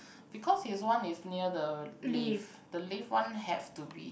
because his one is near the lift the lift one have to be